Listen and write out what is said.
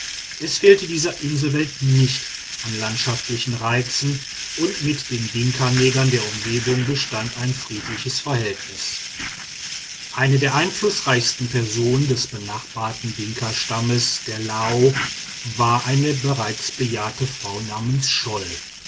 es fehlte dieser inselwelt nicht an landschaftlichen reizen und mit den dinkanegern der umgebung bestand ein friedliches verhältnis eine der einflußreichsten personen des benachbarten dinkastamms der lao war eine bereits bejahrte frau namens schol